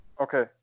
Okay